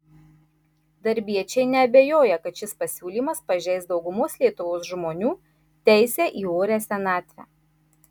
darbiečiai neabejoja kad šis pasiūlymas pažeis daugumos lietuvos žmonių teisę į orią senatvę